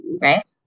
right